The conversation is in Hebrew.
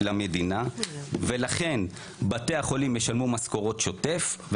למדינה ולכן בתי החולים ישלמו משכורות שוטף,